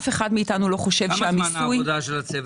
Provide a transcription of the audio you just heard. כמה זמן עבודת הצוות?